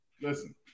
Listen